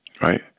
right